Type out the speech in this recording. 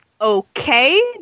Okay